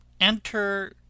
Enter